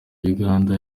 uganda